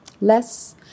less